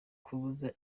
kubuza